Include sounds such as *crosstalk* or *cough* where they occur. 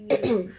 *coughs*